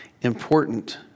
important